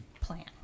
plan